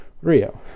Rio